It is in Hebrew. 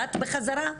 שנקלט בחזרה?